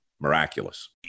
miraculous